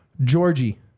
Georgie